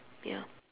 ya